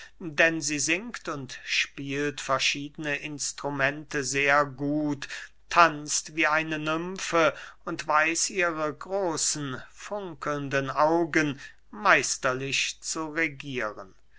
denn sie singt und spielt verschiedene instrumente sehr gut tanzt wie eine nymfe und weiß ihre großen funkelnden augen meisterlich zu regieren